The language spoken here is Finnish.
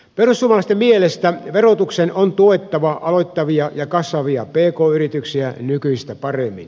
perussuomalaisten mielestä verotuksen on tuettava aloittavia ja kasvavia pk yrityksiä nykyistä paremmin